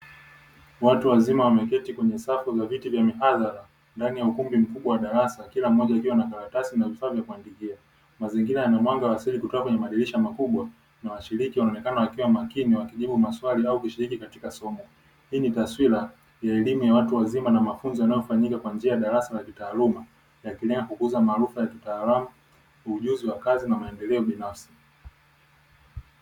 Watu wazima wameketi kwenye safu za viti vya mihadahara ndani ya ukumbi mkubwa wa darasa na kila mmoja akiwa na karatasi na vifaa vya kuandikia. Mazingira yana mwanga wa asili kutoka katika madirisha makubwa na washiriki wanaonekana wakiwa makini wakijibu maswali au kushiriki katika somo. Hii ni taswira ya elimu ya watu wazima na mafunzo yanayofanyika kwa njia ya darasa na kitaaluma yakiendelea kukuza maarifa ya kitaalamu, ujuzi wa kazi na maendeleo binafsi.